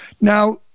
now